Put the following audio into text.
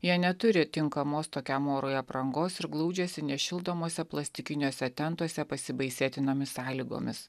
jie neturi tinkamos tokiam orui aprangos ir glaudžiasi nešildomose plastikiniuose tentuose pasibaisėtinomis sąlygomis